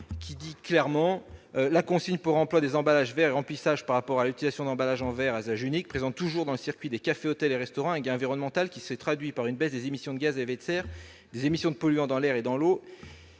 indique clairement que « la consigne pour réemploi des emballages verre re-remplissables par rapport à l'utilisation d'emballages verre à usage unique présente toujours, dans le circuit des cafés, hôtels et restaurants, un gain environnemental qui se traduit par une baisse des émissions de gaz à effet de serre, des émissions de polluants dans l'air et dans l'eau,